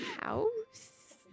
house